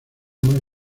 más